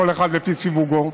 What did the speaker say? כל אחד לפי סיווגו,